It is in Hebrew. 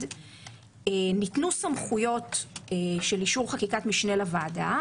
ניתנו סמכויות של אישור חקיקת משנה לוועדה,